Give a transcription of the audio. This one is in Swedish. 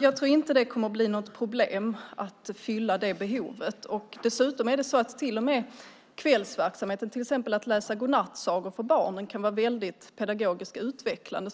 Jag tror inte att det kommer att bli något problem att fylla behovet. Även kvällsverksamheten, att läsa godnattsagor för barnen, kan vara väldigt pedagogiskt utvecklande.